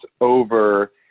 over